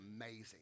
amazing